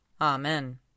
Amen